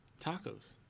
Tacos